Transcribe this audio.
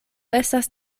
estas